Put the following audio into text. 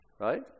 Right